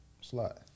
slot